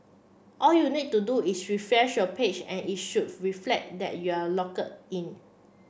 all you need to do is refresh your page and it should reflect that you are logged in